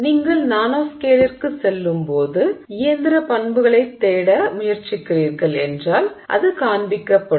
நீங்கள் நானோஸ்கேலிற்குச் செல்லும்போது இயந்திர பண்புகளைத் தேட முயற்சிக்கிறீர்கள் என்றால் அது காண்பிக்கப்படும்